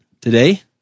today